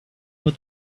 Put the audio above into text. but